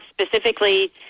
specifically